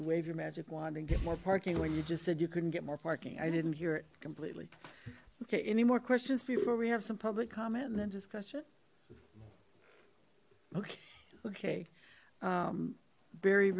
wave your magic wand and get more parking when you just said you couldn't get more parking i didn't hear it completely okay any more questions before we have some public comment and then discussion okay okay very